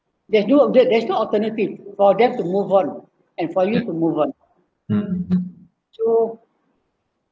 there's do there's no alternative for them to move on and for you to move on so